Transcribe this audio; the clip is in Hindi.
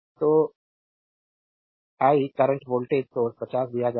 तो और आई करंट वोल्टेज सोर्स 50 दिया जाता है